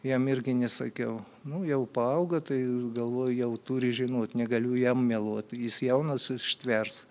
jam irgi nesakiau nu jau paaugo tai galvoju jau turi žinot negaliu jam meluot jis jaunas ištvers